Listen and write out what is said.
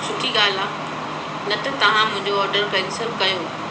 सुठी ॻाल्हि आहे न त तव्हां मुंहिंजो ऑडर केंसिल कयो